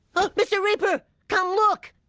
mr. reaper! come look!